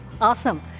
Awesome